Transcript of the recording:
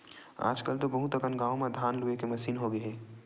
आजकल तो बहुत अकन गाँव म धान लूए के मसीन होगे हे